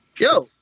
Yo